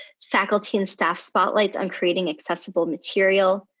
faculty and staff spotlights on creating accessible material.